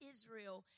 Israel